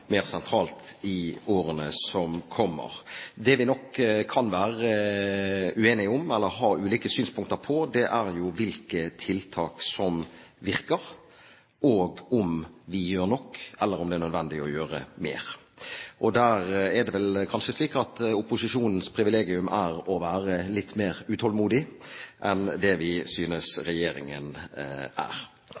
mer sentralt i årene som kommer. Det vi nok kan være uenige om eller ha ulike synspunkter på, er hvilke tiltak som virker, om vi gjør nok, eller om det er nødvendig å gjøre mer. Der er det vel kanskje slik at opposisjonens privilegium er å være litt mer utålmodig enn det vi synes regjeringen er.